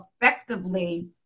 effectively